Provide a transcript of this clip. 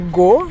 go